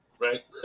right